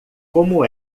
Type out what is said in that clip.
como